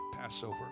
Passover